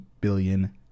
billion